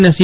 અને સી